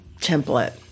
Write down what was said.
template